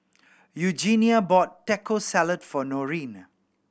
Eugenia bought Taco Salad for Norene